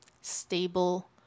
stable